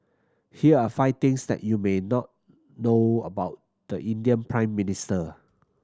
here are five things that you may not know about the Indian Prime Minister